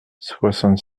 soixante